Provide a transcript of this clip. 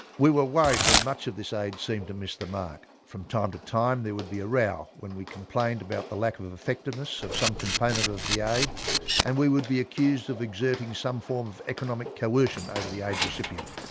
we were worried when much of this aid seemed to miss the mark. from time to time there would be a row when we complained about the lack of of effectiveness of some component of the aid and we would be accused of exerting some form of economic coercion over the aid recipient.